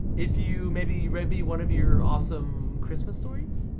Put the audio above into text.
if you maybe read me one of your awesome christmas stories?